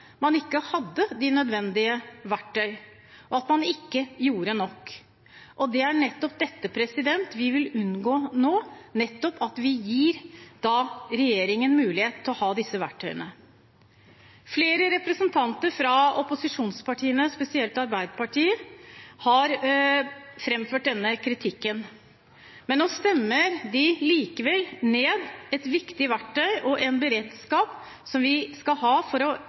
man ikke hadde de nødvendige verktøy, og at man ikke gjorde nok. Det er nettopp dette vi vil unngå nå, ved at vi gir regjeringen mulighet til å ha disse verktøyene. Flere representanter fra opposisjonspartiene, spesielt Arbeiderpartiet, har framført denne kritikken. Nå stemmer de likevel ned et viktig verktøy og en beredskap for å